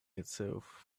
itself